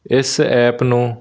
ਇਸ ਐਪ ਨੂੰ